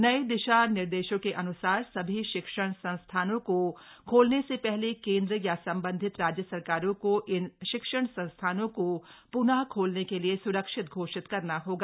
नये दिशा निर्देशों के अन्सार सभी शिक्षण संस्थानों को खोलने से पहले केन्द्र या संबंधित राज्य सरकारों को इन शिक्षण संस्थानों को प्न खोलने के लिए स्रक्षित घोषित करना होगा